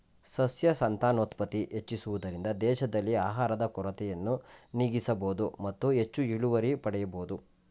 ಸಸ್ಯ ಸಂತಾನೋತ್ಪತ್ತಿ ಹೆಚ್ಚಿಸುವುದರಿಂದ ದೇಶದಲ್ಲಿ ಆಹಾರದ ಕೊರತೆಯನ್ನು ನೀಗಿಸಬೋದು ಮತ್ತು ಹೆಚ್ಚು ಇಳುವರಿ ಪಡೆಯಬೋದು